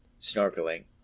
snorkeling